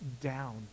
down